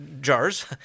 jars